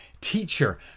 teacher